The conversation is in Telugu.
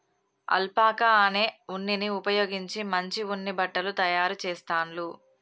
అల్పాకా అనే ఉన్నిని ఉపయోగించి మంచి ఉన్ని బట్టలు తాయారు చెస్తాండ్లు